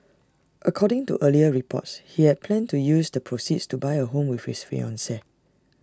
according to earlier reports he had planned to use the proceeds to buy A home with his fiancee